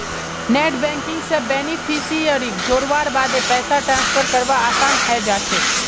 net banking स बेनिफिशियरीक जोड़वार बादे पैसा ट्रांसफर करवा असान है जाछेक